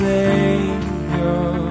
Savior